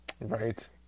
right